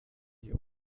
you